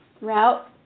Route